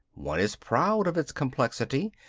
one is proud of its complexity,